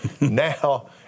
Now